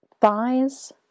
thighs